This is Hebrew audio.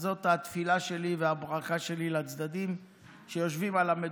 אז זאת התפילה שלי והברכה שלי לצדדים שיושבים על המדוכה.